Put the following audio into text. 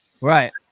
right